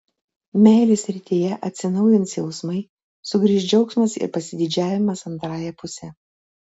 meilės srityje atsinaujins jausmai sugrįš džiaugsmas ir pasididžiavimas antrąja puse